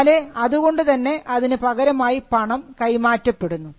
4 അതുകൊണ്ടുതന്നെ അതിന് പകരമായി പണം കൈമാറ്റപ്പെടുന്നു